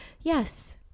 Yes